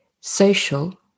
social